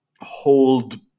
hold